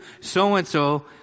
so-and-so